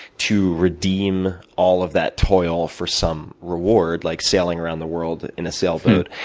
to redeem all of that toil for some reward, like sailing around the world in a sailboat.